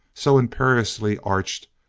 so imperiously arched,